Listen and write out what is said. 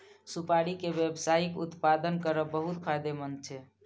सुपारी के व्यावसायिक उत्पादन करब बहुत फायदेमंद छै